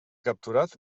capturat